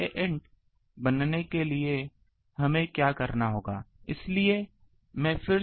तो Iant बनने के लिए हमें क्या करना होगा